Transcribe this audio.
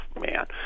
man